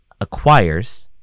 acquires